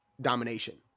domination